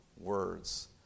words